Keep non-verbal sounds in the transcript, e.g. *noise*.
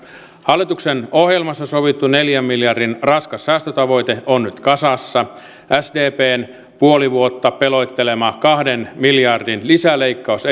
hallituksen ohjelmassa sovittu neljän miljardin raskas säästötavoite on nyt kasassa sdpn puoli vuotta pelottelema kahden miljardin lisäleikkaus *unintelligible*